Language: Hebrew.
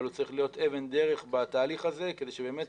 אבל הוא צריך להיות אבן דרך בתהליך הזה כדי שבאמת